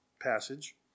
passage